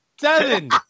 Seven